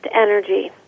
energy